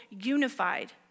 unified